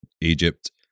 Egypt